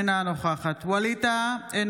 אינה נוכחת ווליד טאהא,